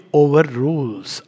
overrules